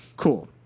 Cool